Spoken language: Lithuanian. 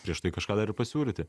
prieš tai kažką dar ir pasiūlyti